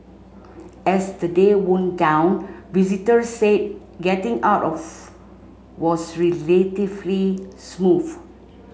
as the day wound down visitors said getting out of was relatively smooth